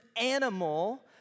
animal